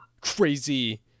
crazy